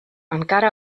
encara